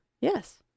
Yes